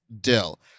dill